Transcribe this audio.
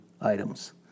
items